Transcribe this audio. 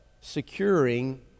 securing